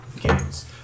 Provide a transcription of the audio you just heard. games